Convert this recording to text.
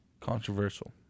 Controversial